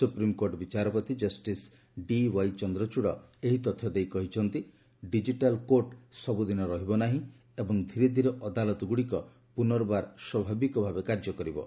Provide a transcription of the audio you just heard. supreme court ବିଚାରପତି justice DY Chandrachud ଏହି ତଥ୍ୟ ଦେଇ କହିଛନ୍ତି ଡିଜିଟାଲ୍ କୋର୍ଟ ସବୁଦିନ ରହିବ ନାହିଁ ଏବଂ ଧୀରେ ଧୀରେ ଅଦାଲତଗୁଡ଼ିକ ପୁନର୍ବାର ସ୍ୱାଭାବିକ ଭାବେ କାର୍ଯ୍ୟ କରିବେ